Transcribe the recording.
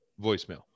voicemail